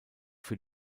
für